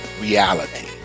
Reality